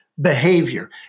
behavior